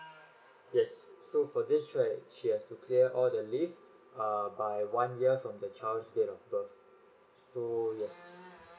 yes for this right she has to clear all her leave by err one year from the child's date of birth so yes